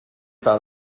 par